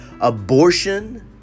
abortion